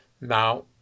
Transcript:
Now